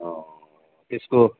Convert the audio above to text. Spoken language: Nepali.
अँ त्यस्तो